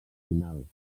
final